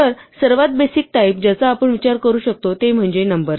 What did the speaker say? तर सर्वात basic type ज्याचा आपण विचार करू शकतो ते म्हणजे नंबर्स